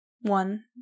one